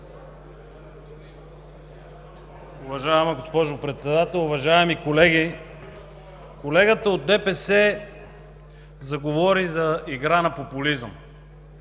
Уважаема госпожо Председател, уважаеми колеги! Колегата от ДПС заговори за игра на популизъм.